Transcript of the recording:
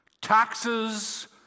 Taxes